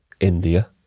India